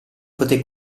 poté